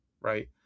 right